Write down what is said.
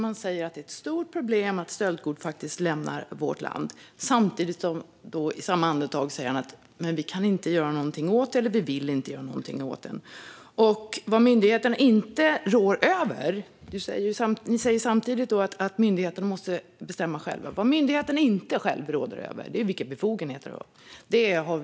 Han säger att det är ett stort problem att stöldgods lämnar vårt land, och i samma andetag säger han att vi inte kan eller vill göra någonting åt det. Ni säger samtidigt att myndigheterna måste bestämma själva, Patrik Lundqvist, men något som myndigheterna inte rår över är vilka befogenheter de har.